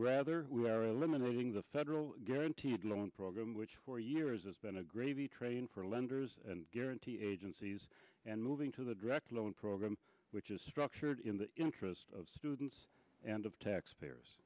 eliminating the federal guaranteed loan program which for years has been a gravy train for lenders and guaranty agencies and moving to the direct loan program which is structured in the interest of students and of taxpayers